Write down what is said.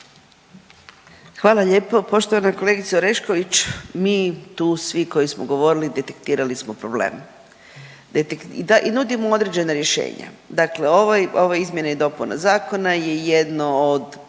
Hvala lijepo. Poštovana kolegice Orešković, mi tu svi koji smo govorili detektirali smo problem i nudimo određena rješenja. Dakle, ova izmjena i dopuna zakona je jedno od